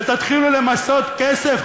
ותתחילו למסות כסף,